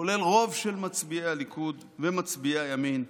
כולל רוב של מצביעי הליכוד ומצביע הימין,